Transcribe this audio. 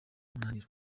munaniro